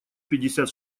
пятьдесят